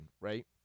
right